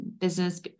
Business